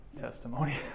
testimony